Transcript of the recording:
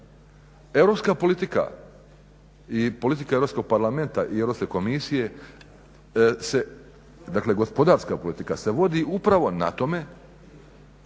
europska politika i politika Europskog parlamenta i Europske komisije se, dakle gospodarska politika se vodi upravo na tome